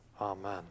Amen